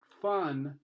fun